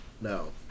No